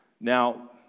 Now